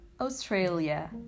Australia